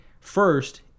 first